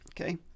okay